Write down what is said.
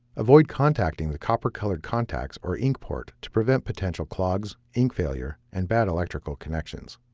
avoid contacting the copper-colored contacts or ink port to prevent potential clogs, ink failure, and bad electrical connections.